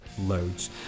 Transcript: loads